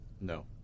No